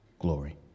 glory